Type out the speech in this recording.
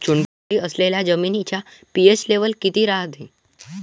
चुनखडी असलेल्या जमिनीचा पी.एच लेव्हल किती रायते?